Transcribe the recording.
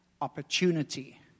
opportunity